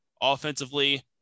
offensively